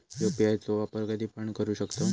UPI चो वापर कधीपण करू शकतव?